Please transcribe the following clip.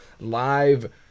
live